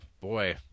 Boy